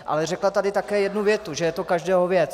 Ale řekla tady také jednu větu, že je to každého věc.